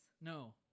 No